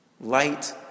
Light